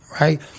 right